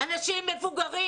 אנשים מבוגרים.